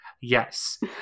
Yes